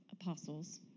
apostles